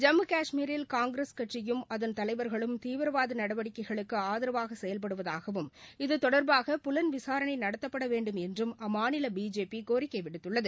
ஜம்மு காஷ்மீரில் காங்கிரஸ் கட்சியும் அதன் தலைவர்களும் தீவிரவாத நடவடிக்கைகளுக்கு ஆதரவாக செயல்படுவதாக இது தொடர்பாக புலன் விசாரணை நடத்தப்படவேண்டும் என்றும் அம்மாநில பிஜேபி கோரிக்கை விடுத்துள்ளது